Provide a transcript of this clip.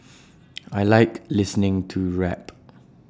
I Like listening to rap